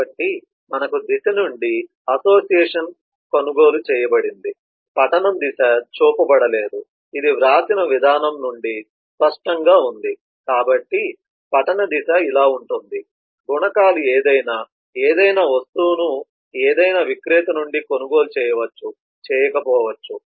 కాబట్టి మనకు దిశ నుండి అసోసియేషన్ కొనుగోలు చేయబడింది పఠనం దిశ చూపబడలేదు ఇది వ్రాసిన విధానం నుండి స్పష్టంగా ఉంది కాబట్టి పఠనం దిశ ఇలా ఉంటుంది గుణకాలు ఏదైనా ఏదైనా వస్తువును ఏదైనా విక్రేత నుండి కొనుగోలు చేయవచ్చు చేయకపోవచ్చు